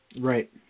Right